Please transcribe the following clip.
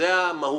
זו המהות.